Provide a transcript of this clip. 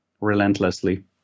relentlessly